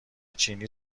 چینی